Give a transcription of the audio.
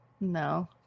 No